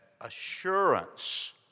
assurance